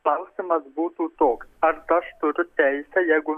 klausimas būtų toks ar aš turiu teisę jeigu